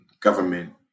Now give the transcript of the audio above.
government